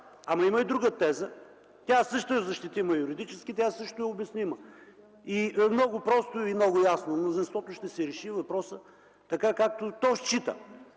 ама има и друга теза – тя също е защитима юридически, тя също е обяснима. Много просто и много ясно: мнозинството ще си реши въпроса така, както то смята.